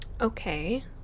Okay